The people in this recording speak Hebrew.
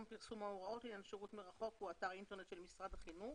פרסום ההוראות לשירות מרחוק הוא אתר האינטרנט של משרד החינוך.